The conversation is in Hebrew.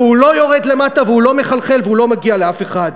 והוא לא יורד למטה והוא לא מחלחל והוא לא מגיע לאף אחד.